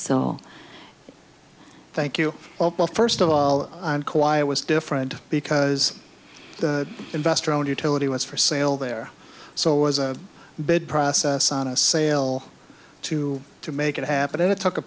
so thank you oh well first of all quiet was different because investor owned utility was for sale there so it was a bid process on a sale too to make it happen and it took a